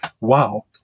wow